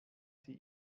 sie